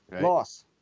Loss